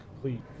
complete